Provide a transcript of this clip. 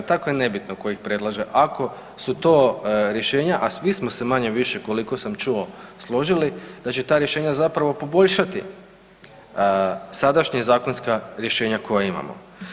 Tako je nebitno tko ih predlaže ako su to rješenja, a svi smo se manje-više koliko sam čuo složili da će ta rješenja zapravo poboljšati sadašnja zakonska rješenja koje imamo.